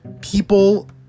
people